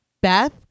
Beth